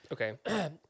Okay